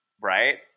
right